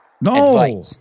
No